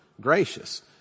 gracious